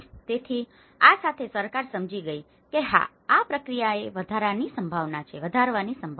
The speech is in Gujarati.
તેથી આ સાથે સરકાર સમજી ગઈ છે કે હા આ પ્રક્રિયાને વધારવાની સંભાવના છે